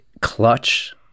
Clutch